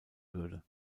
würde